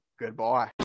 Goodbye